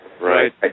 Right